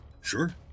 sure